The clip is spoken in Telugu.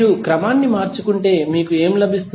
మీరు క్రమాన్ని మార్చుకుంటే మీకు ఏమి లభిస్తుంది